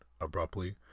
abruptly